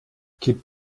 kippt